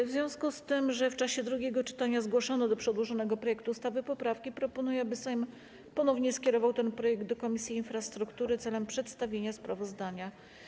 W związku z tym, że w czasie drugiego czytania zgłoszono do przedłożonego projektu ustawy poprawki, proponuję, aby Sejm ponownie skierował ten projekt do Komisji Infrastruktury celem przedstawienia sprawozdania.